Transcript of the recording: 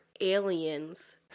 aliens